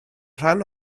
rhan